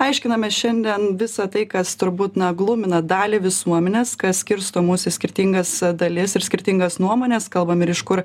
aiškiname šiandien visa tai kas turbūt na glumina dalį visuomenės kas skirsto mus į skirtingas dalis ir skirtingas nuomones kalbam ir iš kur